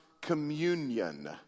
communion